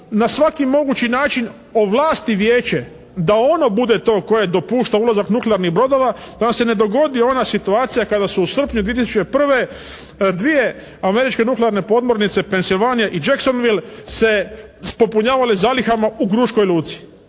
na svaki mogući način ovlasti vijeće da ono bude to koje dopušta ulazak nuklearnih brodova da nam se ne dogodi ona situacija kada su u srpnju 2001. dvije američke nuklearne podmornice Pennsylvania i Jacksonwille se popunjavali s zalihama u Gruškoj luci.